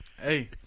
Hey